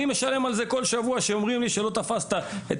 אני משלם על זה כל שבוע כי אומרים לי שלא תפסתי את